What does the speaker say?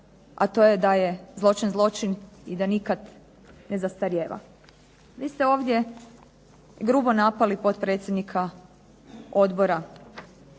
a to je da je zločin, zločin i da nikada ne zastarijeva. Vi ste ovdje gubo napali potpredsjednika Odbora